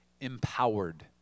empowered